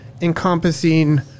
encompassing